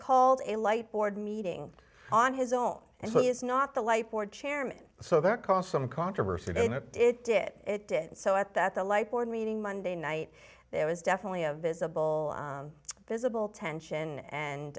called a light board meeting on his own and he is not the life board chairman so that cost some controversy then it it did it did so at that the light board meeting monday night there was definitely a visible visible tension and